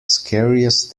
scariest